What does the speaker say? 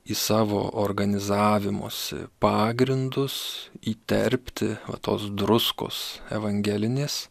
į savo organizavimosi pagrindus įterpti va tos druskos evangelinės